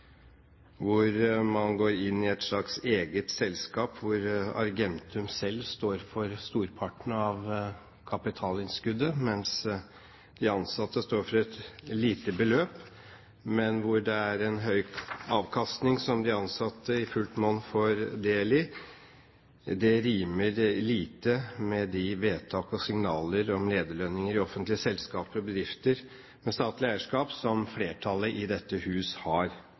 hvor man går inn i et slags eget selskap hvor Argentum selv står for storparten av kapitalinnskuddet mens de ansatte står for et lite beløp, men hvor det er en høy avkastning som de ansatte i fullt monn får del i, rimer lite med de vedtak og signaler om lederlønninger i offentlige selskaper og bedrifter med statlig eierskap som flertallet i dette hus har